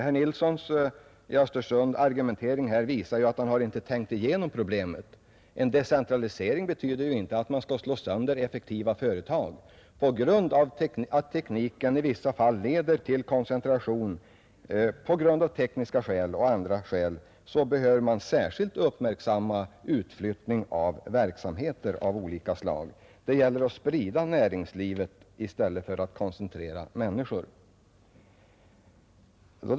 Herr Nilssons i Östersund argumentering här visar att han inte har tänkt igenom problemet. En decentralisering betyder ju inte att man skall slå sönder effektiva företag. På grund av att tekniken i vissa fall leder till koncentration, på grund av tekniska och andra skäl behöver man särskilt uppmärksamma utflyttningen av verksamheter av olika slag. Man bör sprida näringslivet i stället för att koncentrera människorna till vissa platser.